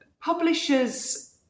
publishers